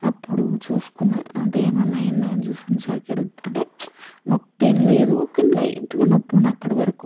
అప్పుడు చూసుకున్నా అంటే ఏమన్నా అయిందా అని చూసుకునే సరికి అంటే నొప్పేం లేదు కానీ లైట్గా నొప్పి ఉండే అప్పటివరకు